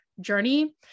journey